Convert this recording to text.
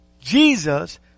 Jesus